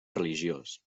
religiós